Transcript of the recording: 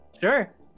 Sure